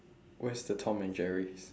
where's the tom and jerry